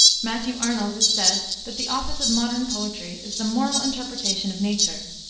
matthew arnold has said that the office of modern poetry is the moral interpretation of nature.